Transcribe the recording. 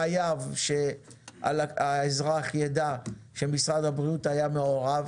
חייב שהאזרח ידע שמשרד הבריאות היה מעורב.